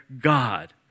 God